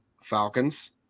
Falcons